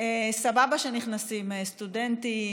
סבבה שנכנסים סטודנטים,